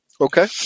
Okay